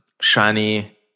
shiny